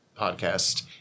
podcast